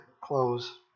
close